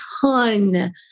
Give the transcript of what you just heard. ton